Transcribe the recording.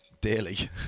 Daily